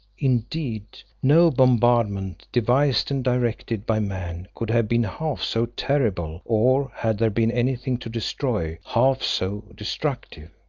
indeed, no bombardment devised and directed by man could have been half so terrible or, had there been anything to destroy, half so destructive.